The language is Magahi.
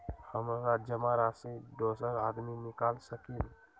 हमरा जमा राशि दोसर आदमी निकाल सकील?